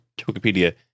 Wikipedia